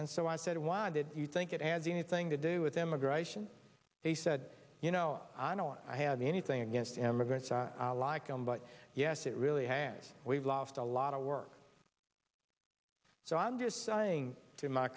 and so i said why did you think it has anything to do with immigration he said you know i don't have anything against immigrants like him but yes it really has we've lost a lot of work so i'm just saying to my